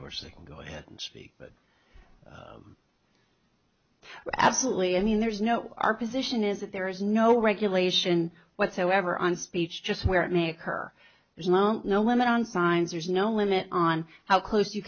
course they can go ahead and speak but absolutely i mean there's no our position is that there is no regulation whatsoever on speech just where it may occur there's no limit on signs or is no limit on how close you